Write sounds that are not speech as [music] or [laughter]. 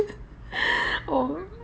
[noise] oh